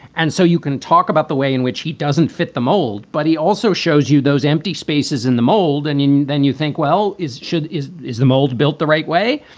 and so you can talk about the way in which he doesn't fit the mold. but he also shows you those empty spaces in the mold. and then you think, well, is should is is the mold built the right way?